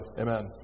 Amen